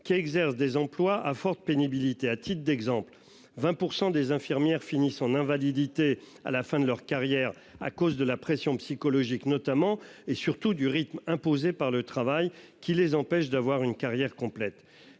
qui exercent des emplois à forte pénibilité à titre d'exemple, 20% des infirmières finissent en invalidité. À la fin de leur carrière à cause de la pression psychologique notamment et surtout du rythme imposé par le travail qui les empêchent d'avoir une carrière complète